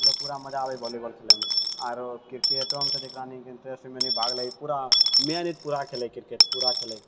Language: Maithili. मतलब पूरा मजा अबैयै वोलीबॉल खेलैमे आरू क्रिकेटोमे तऽ जेकरा नि इन्टरेस्ट अछि मने भाग लै के पूरा मेन अछि पूरा खेलैया क्रिकेट पूरा खेलै